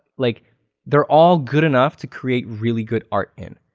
like they're all good enough to create really good art in.